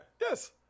Yes